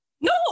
No